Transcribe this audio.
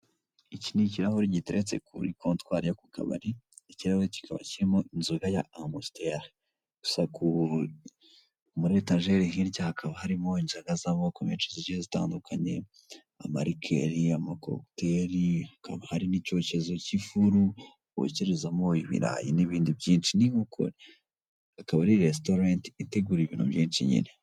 Iki ni kirahure giteretse kuri kontwari yo mu kabari. Ikirahure kikaba kirimo inzoga ya Amusiteri. Gusa muri etajeri hirya hakaba harimo inzoga z'amoko menshi zigiye zitandukanye, amarikeri, amakokuteri, hakaba hari n'icyokezo cy'ifuru bokerezamo ibirayi n'ibindi byinshi, n'inkoko. Akaba ari resitorenti itegura ibintu byinshi nyine.